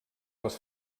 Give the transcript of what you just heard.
les